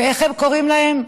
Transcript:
ואיך הם קוראים להם?